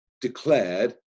declared